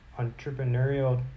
entrepreneurial